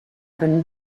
wenn